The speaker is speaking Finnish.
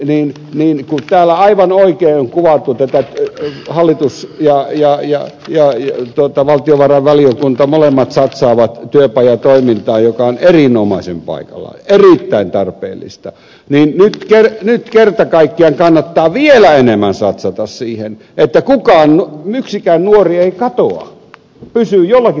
tässä katsannossa kun täällä aivan oikein on kuvattu että hallitus ja valtiovarainvaliokunta molemmat satsaavat työpajatoimintaan joka on erinomaisen paikallaan ja erittäin tarpeellista nyt kerta kaikkiaan kannattaa vielä enemmän satsata siihen että yksikään nuori ei katoa pysyy jollakin tavalla kirjoissa